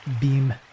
Beam